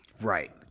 right